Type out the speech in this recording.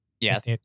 Yes